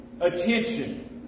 attention